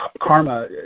karma